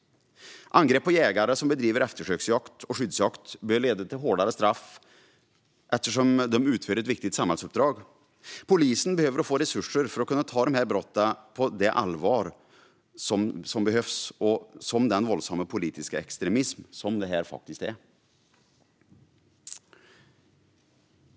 Angrepp på jägare som bedriver eftersöksjakt och skyddsjakt bör leda till hårdare straff eftersom dessa utför ett viktigt samhällsuppdrag. Polisen behöver få resurser för att kunna ta dessa brott på det allvar som behövs med tanke på den våldsamma politiska extremism de utgör.